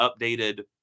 updated